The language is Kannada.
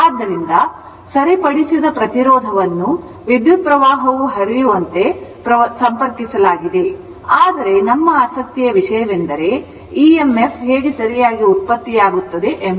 ಆದ್ದರಿಂದ ಸರಿಪಡಿಸಿದ ಪ್ರತಿರೋಧವನ್ನು ವಿದ್ಯುತ್ ಪ್ರವಾಹವು ಹರಿಯುವಂತೆ ಸಂಪರ್ಕಿಸಲಾಗಿದೆ ಆದರೆ ನಮ್ಮ ಆಸಕ್ತಿಯ ವಿಷಯವೆಂದರೆ emf ಹೇಗೆ ಸರಿಯಾಗಿ ಉತ್ಪತ್ತಿಯಾಗುತ್ತದೆ ಎಂಬುದು